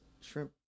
shrimp